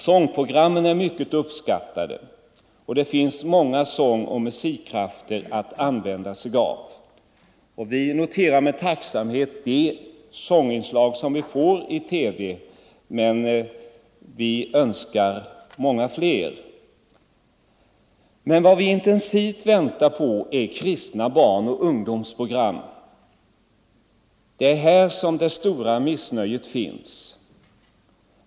Sångprogrammen är mycket uppskattade, och det finns många sångoch musikkrafter att använda sig av. Vi noterar med tacksamhet de sångprogram som vi får i TV, men vi önskar många fler. Vad vi intensivt väntar på är kristna barnoch ungdomsprogram. Det är här det stora missnöjet finns.